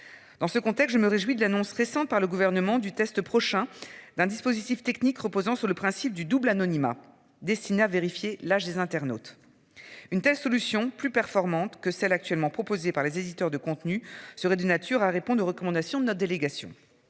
Dans ce contexte, je me réjouis de l'annonce récente par le gouvernement du test prochain d'un dispositif technique reposant sur le principe du double anonymat destiné à vérifier l'âge des internautes. Une telle solution plus performantes que celles actuellement proposées par les éditeurs de contenus serait de nature à répondre aux recommandations de notre délégation.